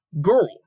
girl